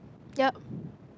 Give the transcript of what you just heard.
yeap